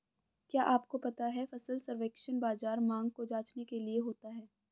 क्या आपको पता है फसल सर्वेक्षण बाज़ार मांग को जांचने के लिए होता है?